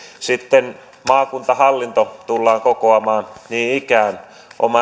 sitten maakuntahallinto tullaan kokoamaan niin ikään